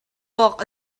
awk